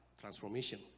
transformation